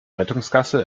rettungsgasse